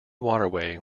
waterway